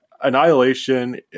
Annihilation